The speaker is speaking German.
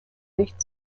nicht